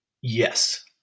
Yes